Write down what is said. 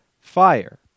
fire